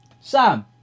Sam